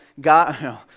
God